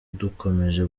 dukomeje